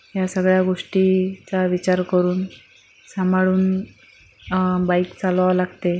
या सगळ्या गोष्टीचा विचार करून सांभाळून बाइक चालवावं लागते